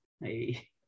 Hey